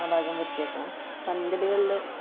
ആ ഭാഗം വൃത്തിയാക്കണം പന്തലുകളിൽ